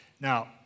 Now